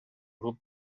grup